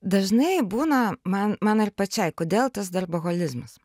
dažnai būna man man ir pačiai kodėl tas darboholizmas